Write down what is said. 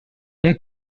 mon